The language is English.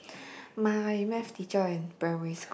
my Math teacher in primary